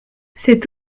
c’est